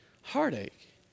heartache